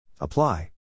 Apply